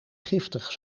giftig